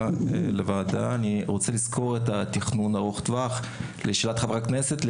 אני רוצה לסקור את התכנון ארוך הטווח לחברי הכנסת.